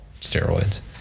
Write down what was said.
steroids